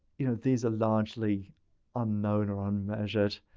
you know, these are largely unknown or unmeasured.